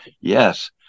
Yes